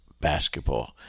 basketball